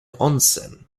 onsen